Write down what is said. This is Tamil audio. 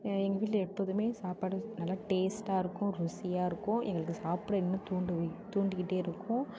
எங்கள் வீட்டில் எப்போதுமே சாப்பாடு நல்லா டேஸ்ட்டாகருக்கும் ருசியாகருக்கும் எங்களுக்கு சாப்பிட இன்னும் தூண்டும் தூண்டிக்கிட்டேயிருக்கும்